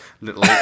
little